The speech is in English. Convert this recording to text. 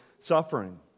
Suffering